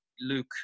Luke